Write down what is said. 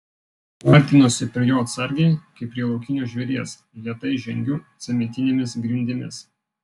artinuosi prie jo atsargiai kaip prie laukinio žvėries lėtai žengiu cementinėmis grindimis